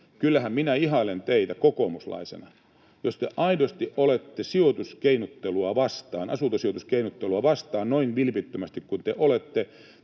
kyllähän minä ihailen teitä kokoomuslaisena. Jos te aidosti olette sijoituskeinottelua vastaan, asuntosijoituskeinottelua